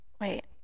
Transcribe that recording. wait